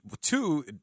Two